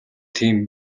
тийм